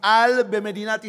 מפעל במדינת ישראל,